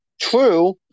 True